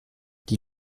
die